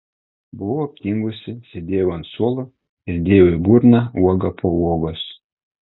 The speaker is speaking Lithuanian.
buvau aptingusi sėdėjau ant suolo ir dėjau į burną uogą po uogos